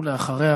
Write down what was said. ואחריה,